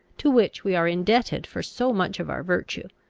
to which we are indebted for so much of our virtue.